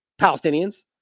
Palestinians